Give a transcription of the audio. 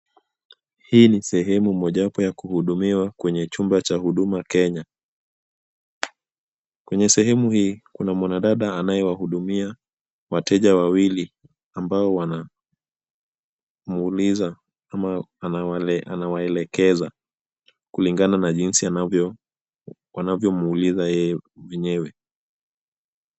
Hii ni sehemu mojawapo ya kuhudumiwa kwenye chumba cha Huduma Kenya, kwenye sehemu hii kuna mwanadada anayewahudumia wateja wawili ambao wanamuuliza au anawaelekeza kulingana na jinsi wanavyomliza yeye mwenyewe.